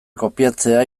kopiatzea